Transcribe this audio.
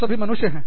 हम सभी मनुष्य हैं